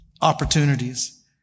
opportunities